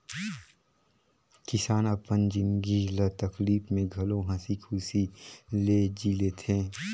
किसान अपन जिनगी ल तकलीप में घलो हंसी खुशी ले जि ले थें